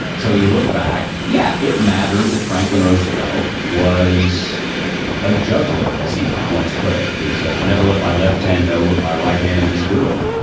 so you look back. yeah. it mattered that franklin roosevelt was a juggler, as he once put it. he said, i never let my left hand know what my right hand is doing.